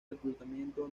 reclutamiento